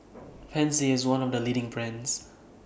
Pansy IS one of The leading brands